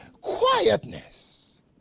quietness